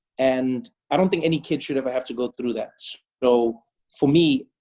and i don't think any kid should ever have to go through that. so for me,